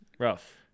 rough